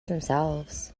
themselves